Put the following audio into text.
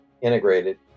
integrated